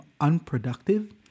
unproductive